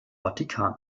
vatikan